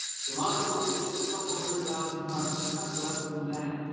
sri lanka normally just a couple hundred thousand tons, sometimes less than that,